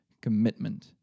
Commitment